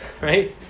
right